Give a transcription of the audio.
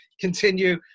continue